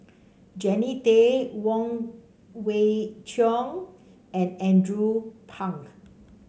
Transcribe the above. Jannie Tay Wong Kwei Cheong and Andrew Phank